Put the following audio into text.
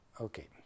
okay